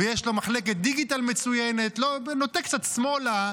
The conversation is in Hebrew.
-- ויש לו מחלקת דיגיטל מצוינת, נוטה קצת שמאלה,